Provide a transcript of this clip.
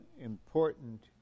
important